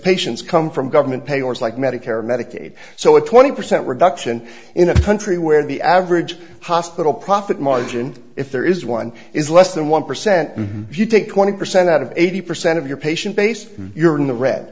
patients come from government pay or it's like medicare medicaid so a twenty percent reduction in a country where the average hospital profit margin if there is one is less than one percent if you take twenty percent out of eighty percent of your patient base you're in the red